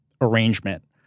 arrangement